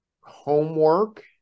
homework